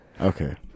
Okay